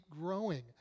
growing